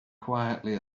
quietly